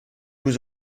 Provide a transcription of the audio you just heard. was